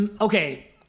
Okay